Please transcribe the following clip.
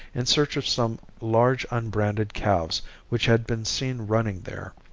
in search of some large unbranded calves which had been seen running there.